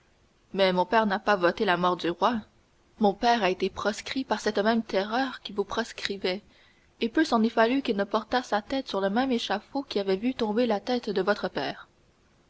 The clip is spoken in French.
mais mon père n'a pas voté la mort du roi mon père a été proscrit par cette même terreur qui vous proscrivait et peu s'en est fallu qu'il ne portât sa tête sur le même échafaud qui avait vu tomber la tête de votre père